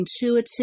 intuitive